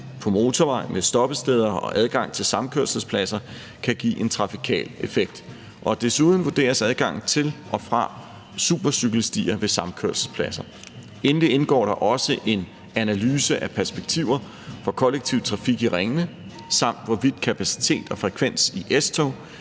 på motorveje med stoppesteder og adgang til samkørselspladser kan give en trafikal effekt. Desuden vurderes adgangen til og fra supercykelstier ved samkørselspladser. Endelig indgår der også en analyse af perspektiver for kollektiv trafik i ringene, samt hvorvidt kapacitet og frekvens af S-tog